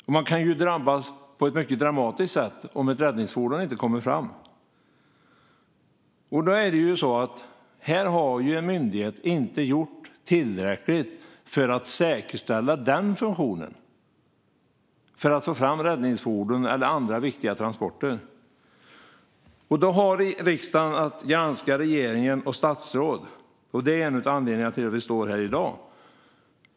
Och man kan drabbas på ett mycket dramatiskt sätt om ett räddningsfordon inte kommer fram. Här har en myndighet inte gjort tillräckligt för att säkerställa den funktionen - att få fram räddningsfordon eller andra viktiga transporter. Då har riksdagen att granska regering och statsråd, och det är en av anledningarna till att vi står här i dag.